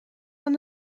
aan